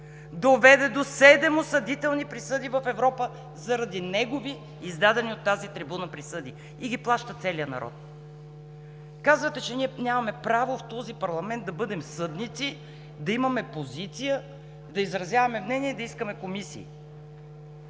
доведе до седем осъдителни присъди в Европа заради негови, издадени от тази трибуна, присъди, и ги плаща целият народ. Казвате, че ние нямаме право в този парламент да бъдем съдници, да имаме позиция, да изразяваме мнение и да искаме комисии.